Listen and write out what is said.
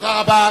תודה רבה.